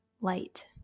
light